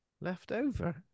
Leftover